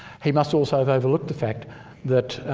he must also have overlooked the fact that